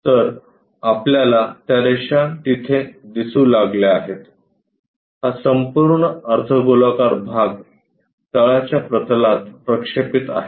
तर आपल्याला त्या रेषा तेथे दिसू लागल्या आहेत हा संपूर्ण अर्धगोलाकार भाग तळाच्या प्रतलात प्रक्षेपित आहे